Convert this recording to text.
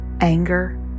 anger